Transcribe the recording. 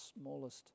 smallest